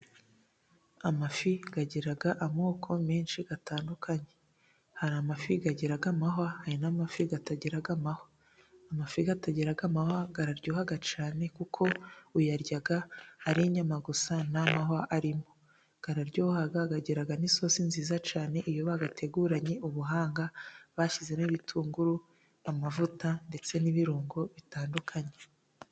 Amafi agira amoko menshi atandukanye, hari amafi agira amahwa, hari n'amafi atagira amahwa. Amafi atagira amahwa araryoha cyane, kuko uyarya ari inyama gusa, nta mahwa arimo, araryoha agira n'isosi nziza cyane, iyo bayateguranye ubuhanga, bashyizemo ibitunguru, amavuta ndetse n'ibirungo bitandukanye.